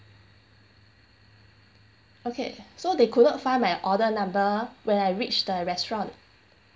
okay so they could not find my order number when I reached the restaurant